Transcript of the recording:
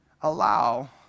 allow